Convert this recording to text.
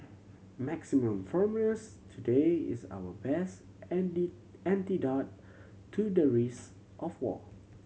maximum firmness today is our best antidote to the risk of war